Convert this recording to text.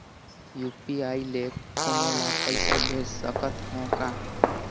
UPI ले कोनो ला पइसा भेज सकत हों का?